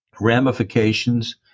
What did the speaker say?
ramifications